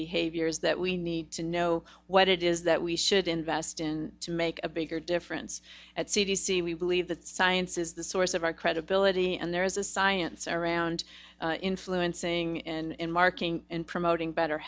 behaviors that we need to know what it is that we should invest in to make a bigger difference at c d c we believe that science is the source of our credibility and there is a science around influencing and marking and promoting better